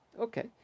Okay